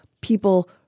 people